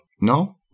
No